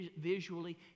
visually